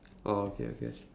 oh okay okay